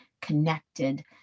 connected